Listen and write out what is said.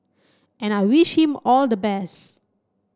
and I wish him all the best